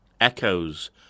echoes